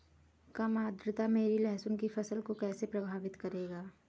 कम आर्द्रता मेरी लहसुन की फसल को कैसे प्रभावित करेगा?